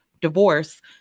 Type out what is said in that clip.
divorce